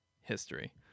history